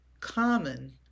common